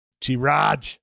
T-Rod